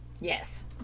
Yes